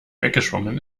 weggeschwommen